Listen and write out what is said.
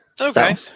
Okay